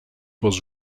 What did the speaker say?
was